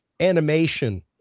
animation